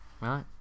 Right